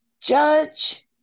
judge